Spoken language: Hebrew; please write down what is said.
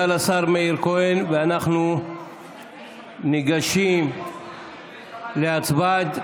ואנחנו ניגשים להצבעה.